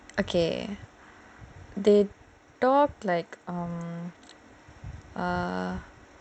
okay err they talk like err